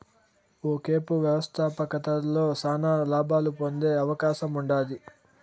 ఒకేపు వ్యవస్థాపకతలో శానా లాబాలు పొందే అవకాశముండాది